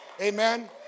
Amen